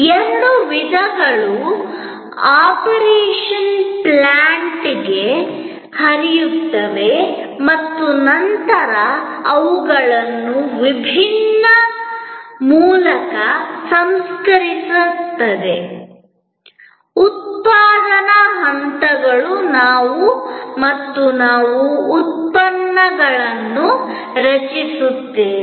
ಎರಡೂ ವಿಧಗಳು ಆಪರೇಷನ್ ಪ್ಲಾಂಟ್ಗೆ ಹರಿಯುತ್ತವೆ ಮತ್ತು ನಂತರ ಅವುಗಳನ್ನು ವಿಭಿನ್ನ ಮೂಲಕ ಸಂಸ್ಕರಿಸಲಾಗುತ್ತದೆ ಉತ್ಪಾದನಾ ಹಂತಗಳು ಮತ್ತು ನಾವು ಉತ್ಪನ್ನಗಳನ್ನು ರಚಿಸುತ್ತೇವೆ